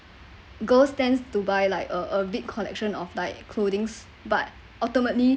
girls tends to buy like uh a bit collection of like clothings but ultimately